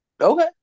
Okay